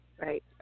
Right